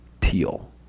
Teal